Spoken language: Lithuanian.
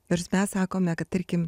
nors mes sakome kad tarkim